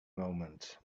moment